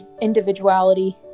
individuality